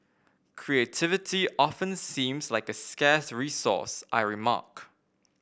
creativity often seems like a scarce resource I remark